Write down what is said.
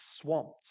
swamped